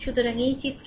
সুতরাং এই চিত্র